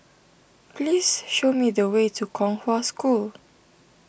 please show me the way to Kong Hwa School